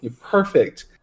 perfect